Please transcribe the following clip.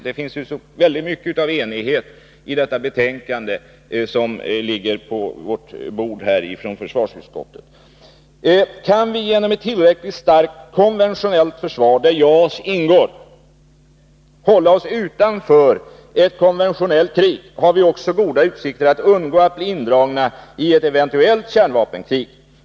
Det finns ju väldigt mycket av enighet i det betänkande från försvarsutskottet som nu ligger på riksdagens bord. Kan vi genom ett tillräckligt starkt konventionellt försvar, i vilket JAS ingår, hålla oss utanför ett konventionellt krig, har vi också goda utsikter att undgå att bli indragna i ett eventuellt kärnvapenkrig.